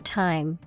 time